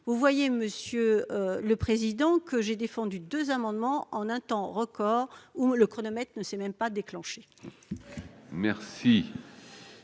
constater, monsieur le président, que j'ai défendu deux amendements en un temps record ; le chronomètre ne s'est même pas déclenché !